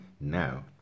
now